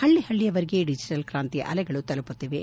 ಹಳ್ಳಹಳ್ಳಯವರೆಗೆ digital ಕ್ರಾಂತಿಯ ಅಲೆಗಳು ತಲುಪುತ್ತಿವೆ